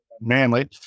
Manly